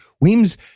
Weems